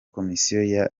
komisiyo